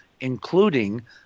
including